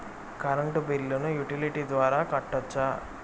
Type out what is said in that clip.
Current బిల్లును utility ద్వారా కట్టొచ్చా?